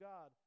God